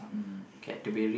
mm